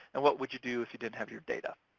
and what would you do if you didn't have your data?